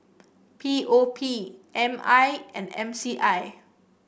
P O P M I and M C I